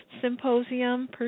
symposium